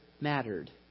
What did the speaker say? mattered